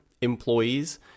employees